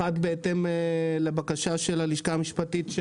אחד בהתאם לבקשה של הלשכה המשפטית של